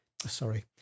sorry